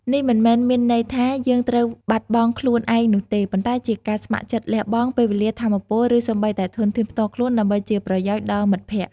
នេះមិនមែនមានន័យថាយើងត្រូវបាត់បង់ខ្លួនឯងនោះទេ ប៉ុន្តែជាការ ស្ម័គ្រចិត្តលះបង់ ពេលវេលា ថាមពល ឬសូម្បីតែធនធានផ្ទាល់ខ្លួន ដើម្បីជាប្រយោជន៍ដល់មិត្តភក្តិ។